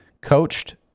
coached